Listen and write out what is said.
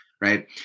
right